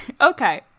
okay